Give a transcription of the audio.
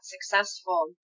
successful